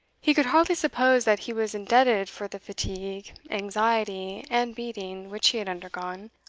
he could hardly suppose that he was indebted for the fatigue, anxiety, and beating which he had undergone,